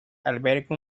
alberga